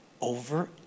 Over